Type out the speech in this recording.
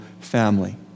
family